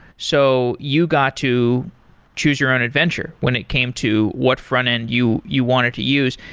so you got to choose your own adventure when it came to what front end you you wanted to use.